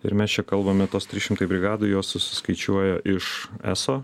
ir mes čia kalbame tuos trys šimtai brigadų juos susikaičiuoja iš eso